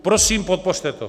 Prosím, podpořte to.